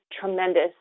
tremendous